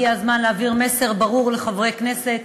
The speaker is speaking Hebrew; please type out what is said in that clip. הגיע הזמן להעביר מסר ברור לחברי כנסת,